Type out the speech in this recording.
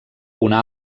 una